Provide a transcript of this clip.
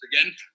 again